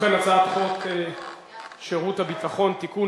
להסיר מסדר-היום את הצעת חוק שירות ביטחון (תיקון,